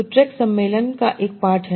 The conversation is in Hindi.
तो TREC सम्मेलन का एक पाठ है